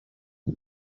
tea